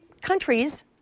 countries